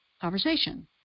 conversation